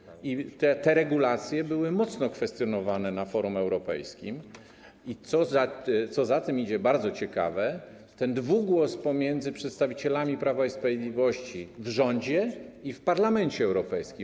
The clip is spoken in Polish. Te regulacje były mocno kwestionowane na forum europejskim oraz - co za tym idzie i co bardzo ciekawe - ten dwugłos pomiędzy przedstawicielami Prawa i Sprawiedliwości w rządzie i w Parlamencie Europejskim.